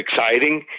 exciting